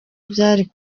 byari